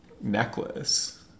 necklace